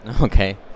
Okay